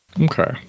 Okay